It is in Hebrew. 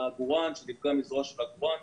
שהוא נפגע מזרוע של עגורן.